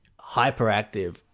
hyperactive